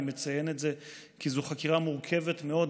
אני מציין את זה כי זאת חקירה מורכבת מאוד,